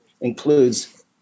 includes